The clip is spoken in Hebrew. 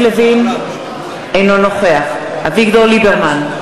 אינו נוכח אביגדור ליברמן,